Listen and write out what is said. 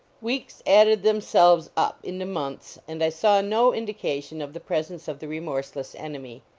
weeks added themselves up into months and i saw no indication of the presence of the remorseless enemy.